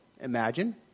imagine